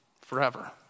forever